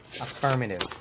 Affirmative